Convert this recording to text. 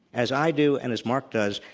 as i do and as mark does,